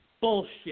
bullshit